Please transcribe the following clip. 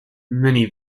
many